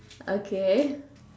okay